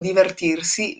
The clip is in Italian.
divertirsi